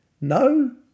No